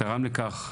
תרם לכך,